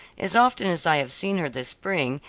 as often as i have seen her this spring,